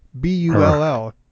b-u-l-l